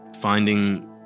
finding